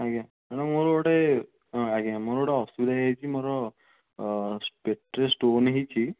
ଆଜ୍ଞା ମ୍ୟାଡମ୍ ମୋର ଗୋଟେ ଆଜ୍ଞା ମୋର ଗୋଟେ ଅସୁବିଧା ହେଇଯାଇଛି ମୋର ପେଟରେ ଷ୍ଟୋନ୍ ହେଇଛି